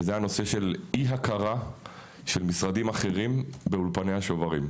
וזה הנושא של אי הכרה של משרדים אחרים באולפני השוברים.